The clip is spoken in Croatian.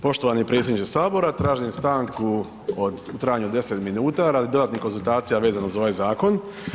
Poštovani predsjedniče sabora, tražim stanku od, u trajanju od 10 minuta radi dodatnih konzultacija vezanih uz ovaj zakon.